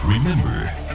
Remember